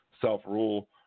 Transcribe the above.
self-rule